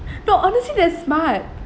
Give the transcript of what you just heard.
no honestly that's smart